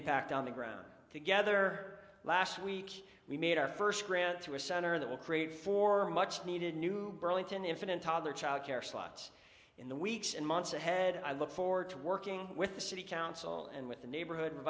impact on the ground together last week we made our first grant through a center that will create for a much needed new burlington infant and toddler childcare slots in the weeks and months ahead i look forward to working with the city council and with the neighborhood